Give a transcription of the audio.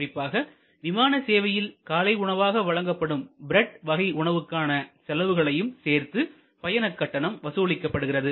குறிப்பாக விமான சேவையில் காலை உணவாக வழங்கப்படும் பிரட் வகை உணவுகளுக்கான செலவுகளையும் சேர்த்து பயண கட்டணம் வசூலிக்கப்படுகிறது